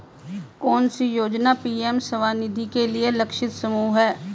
कौन सी योजना पी.एम स्वानिधि के लिए लक्षित समूह है?